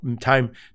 time